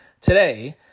today